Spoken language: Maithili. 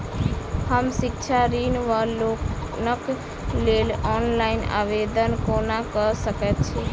हम शिक्षा ऋण वा लोनक लेल ऑनलाइन आवेदन कोना कऽ सकैत छी?